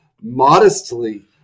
Modestly